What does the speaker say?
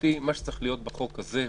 לדעתי מה שצריך להיות בחוק הזה,